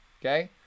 okay